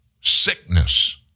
Sickness